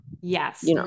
yes